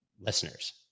listeners